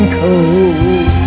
cold